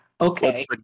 okay